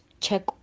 check